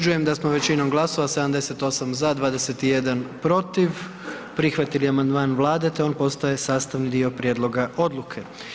da smo većinom glasova, 78 za, 21 protiv prihvatili amandman Vlade te on postaje sastavni dio prijedloga odluke.